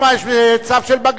יש צו של בג"ץ,